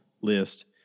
list